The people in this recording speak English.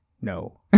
No